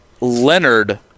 Leonard